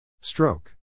Stroke